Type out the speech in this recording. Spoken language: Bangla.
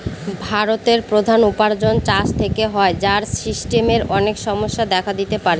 ভারতের প্রধান উপার্জন চাষ থেকে হয়, যার সিস্টেমের অনেক সমস্যা দেখা দিতে পারে